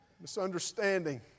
Misunderstanding